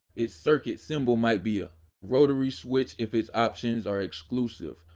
its circuit symbol might be a rotary switch if its options are exclusive,